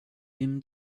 him